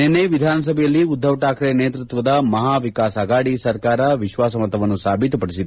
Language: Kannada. ನಿನ್ನೆ ವಿಧಾನಸಭೆಯಲ್ಲಿ ಉದ್ದವ್ ಶಾಕ್ರೆ ನೇತೃತ್ವದ ಮಹಾ ವಿಕಾಸ್ ಅಗಾಡಿ ಸರ್ಕಾರ ವಿಶ್ವಾಸ ಮತವನ್ನು ಸಾಬೀತುಪಡಿಸಿತ್ತು